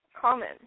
common